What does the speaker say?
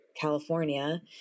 California